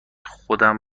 خودم